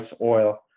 oil